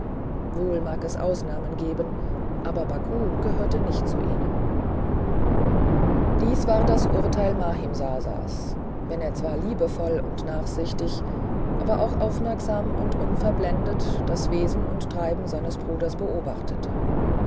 wohl mag es ausnahmen geben aber baku gehörte nicht zu ihnen dies war das urteil mahimsasas wenn er zwar liebevoll und nachsichtig aber auch aufmerksam und unverblendet das wesen und treiben seines bruders beobachtete